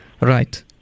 Right